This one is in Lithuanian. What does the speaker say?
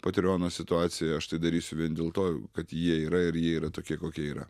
patreono situacija aš tai darysiu vien dėl to kad jie yra ir jie yra tokie kokie yra